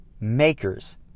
Makers